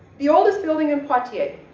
the oldest building in poitiers,